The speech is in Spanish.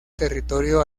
territorio